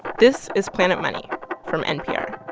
this is planet money from npr